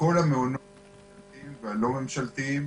כל המעונות הממשלתיים והלא ממשלתיים,